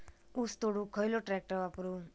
ऊस तोडुक खयलो ट्रॅक्टर वापरू?